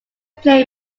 play